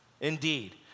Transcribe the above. Indeed